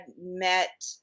met